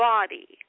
body